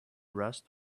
rust